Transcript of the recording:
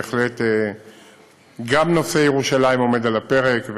בהחלט גם נושא ירושלים עומד על הפרק.